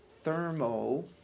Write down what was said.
thermo